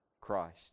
Christ